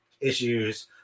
issues